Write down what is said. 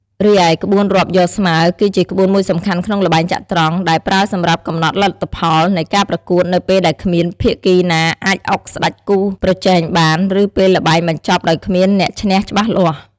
រីឯ ក្បួនរាប់យកស្មើ គឺជាក្បួនមួយសំខាន់ក្នុងល្បែងចត្រង្គ ដែលប្រើសម្រាប់កំណត់លទ្ធផលនៃការប្រកួតនៅពេលដែលគ្មានភាគីណាអាចអុកស្ដេចគូប្រជែងបាន ឬពេលល្បែងបញ្ចប់ដោយគ្មានអ្នកឈ្នះច្បាស់លាស់។